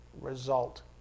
result